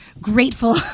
grateful